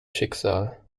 schicksal